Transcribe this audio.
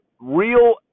real